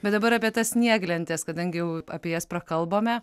bet dabar apie tas snieglentes kadangi jau apie jas prakalbome